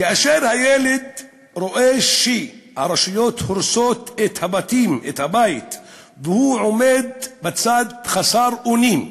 כאשר הילד רואה שהרשויות הורסות את הבית והוא עומד בצד חסר אונים,